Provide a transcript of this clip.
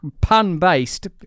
pun-based